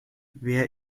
wer